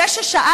זה היה